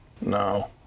no